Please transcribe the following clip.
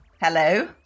Hello